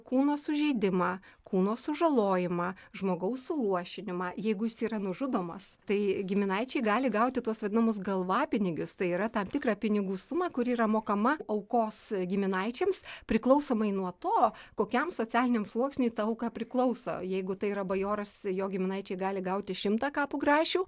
kūno sužeidimą kūno sužalojimą žmogaus suluošinimą jeigu jis yra nužudomas tai giminaičiai gali gauti tuos vadinamus galvapinigius tai yra tam tikrą pinigų sumą kuri yra mokama aukos giminaičiams priklausomai nuo to kokiam socialiniam sluoksniui ta auka priklauso jeigu tai yra bajoras jo giminaičiai gali gauti šimtą kapų grašių